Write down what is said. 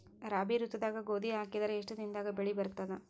ರಾಬಿ ಋತುದಾಗ ಗೋಧಿ ಹಾಕಿದರ ಎಷ್ಟ ದಿನದಾಗ ಬೆಳಿ ಬರತದ?